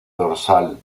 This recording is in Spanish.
dorsal